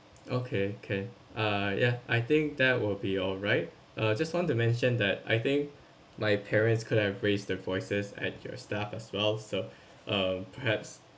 okay can ah yeah I think that will be all right uh just want to mention that I think my parents could have raised the voices at your staff as well so uh perhaps